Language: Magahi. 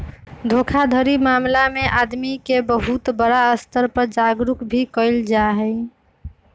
धोखाधड़ी मामला में आदमी के बहुत बड़ा स्तर पर जागरूक भी कइल जाहई